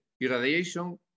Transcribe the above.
irradiation